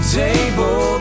table